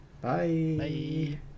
Bye